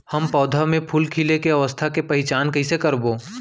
हम पौधा मे फूल खिले के अवस्था के पहिचान कईसे करबो